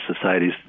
societies